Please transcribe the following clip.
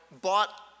bought